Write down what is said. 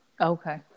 Okay